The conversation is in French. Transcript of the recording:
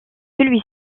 celui